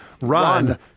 run